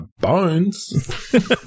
bones